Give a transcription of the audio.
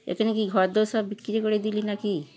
এখানে কি ঘরদোর সব বিক্রি করে দিলি না কি